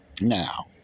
Now